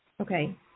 Okay